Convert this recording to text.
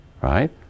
Right